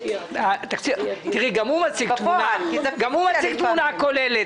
תראי, גם הוא מציג תמונה כוללת.